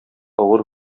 авыр